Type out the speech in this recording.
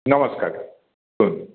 ନମସ୍କାର କୁହନ୍ତୁ